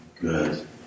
Good